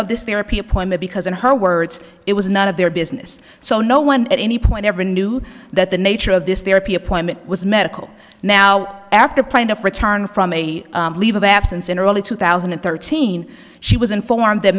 of this therapy appointment because in her words it was none of their business so no one at any point ever knew that the nature of this therapy appointment was medical now after plaintiff return from a leave of absence in early two thousand and thirteen she was informed that